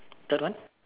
third one